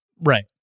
Right